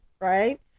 right